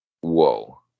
whoa